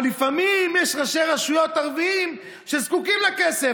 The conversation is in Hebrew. אבל לפעמים יש ראשי רשויות ערבים שזקוקים לכסף.